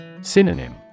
Synonym